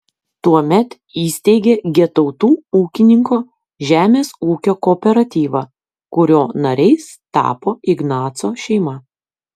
tuomet įsteigė getautų ūkininko žemės ūkio kooperatyvą kurio nariais tapo ignaco šeima